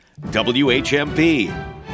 WHMP